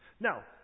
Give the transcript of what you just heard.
Now